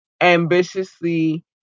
Ambitiously